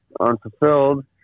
unfulfilled